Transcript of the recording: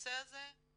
לנושא של החנינות.